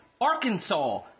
Arkansas